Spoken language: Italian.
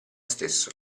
stesso